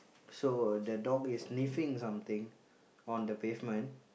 so the dog is sniffing something on the pavement